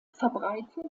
verbreitet